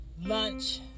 lunch